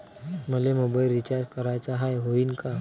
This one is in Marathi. मले मोबाईल रिचार्ज कराचा हाय, होईनं का?